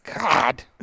God